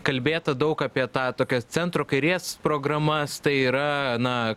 kalbėta daug apie tą tokias centro kairės programas tai yra na